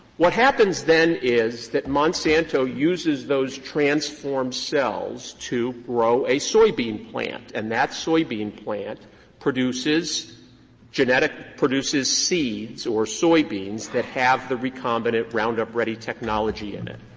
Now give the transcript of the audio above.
what happens then is that monsanto uses those transformed cells to grow a soybean plant. and that soybean plant produces genetic produces seeds or soybeans that have the recombinant roundup ready technology in it.